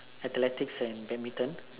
athletics and badminton